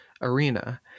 arena